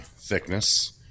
thickness